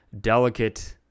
delicate